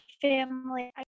family